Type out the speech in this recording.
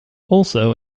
also